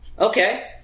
Okay